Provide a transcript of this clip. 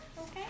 Okay